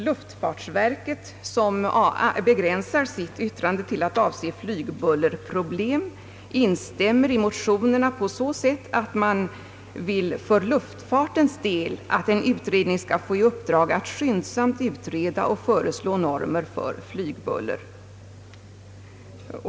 Luftfartsverket, som begränsar sitt yttrande till att avse flygbullerproblem, instämmer i motionerna på så sätt att man för luftfartens del vill att en utredning skall få i uppdrag att skyndsamt utreda och föreslå normer för flygbuller.